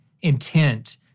intent